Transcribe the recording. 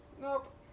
nope